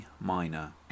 minor